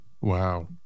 Wow